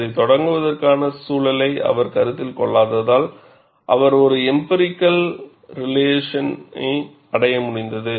அதை தொடங்குவதற்கான சூழலை அவர் கருத்தில் கொள்ளாததால் அவர் ஒரு எளிய எம்பிரிக்கல் ரிலேஷனை அடையமுடிந்தது